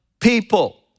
people